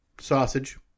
sausage